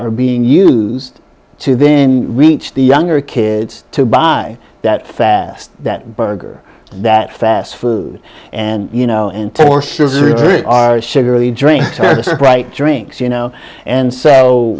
are being used to then reach the younger kids to buy that fast that burger that fast food and you know into our sugary drinks right drinks you know and so